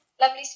lovely